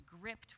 gripped